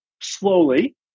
slowly